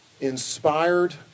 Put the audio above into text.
inspired